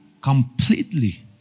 completely